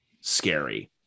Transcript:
scary